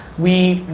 we,